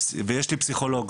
ויש לי פסיכולוג